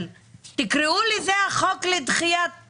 תקראו לזה החוק לדחיית